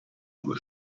due